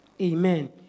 Amen